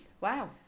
Wow